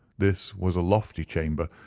this was a lofty chamber,